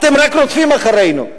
אתם רק רודפים אחרינו.